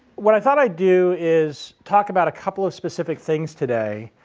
what i thought i'd do is talk about a couple of specific things today.